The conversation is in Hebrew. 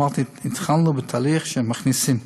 אמרתי: התחלנו בתהליך שמכניסים.